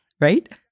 right